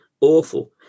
awful